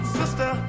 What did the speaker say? sister